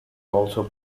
also